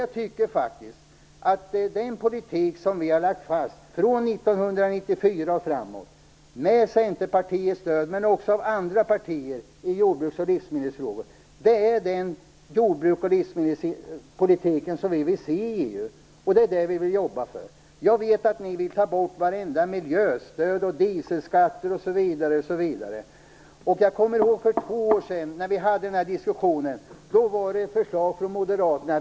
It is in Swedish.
Jag tycker faktiskt att den politik som vi har lagt fast från 1994 och framåt, med stöd av Centerpartiet men också av andra partier, är den jordbruks och livsmedelspolitik vi vill se i EU. Det är det vi vill jobba för. Jag vet att ni vill ta bort alla miljöstöd och dieselskatter osv. Jag kommer ihåg när vi hade den här diskussionen för två år sedan. Då kom det förslag från moderaterna.